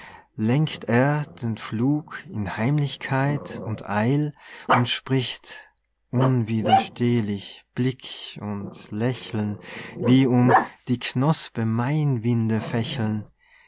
lenkt er den flug in heimlichkeit und eil und spricht unwiderstehlich blick und lächeln wie um die knospe maienwinde fächeln